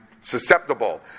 susceptible